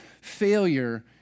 failure